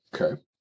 Okay